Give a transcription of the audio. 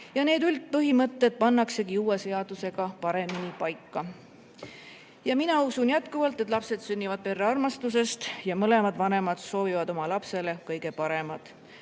Ja need üldpõhimõtted pannaksegi uue seadusega paremini paika. Mina usun jätkuvalt, et lapsed sünnivad armastusest ja mõlemad vanemad soovivad oma lapsele kõige paremat.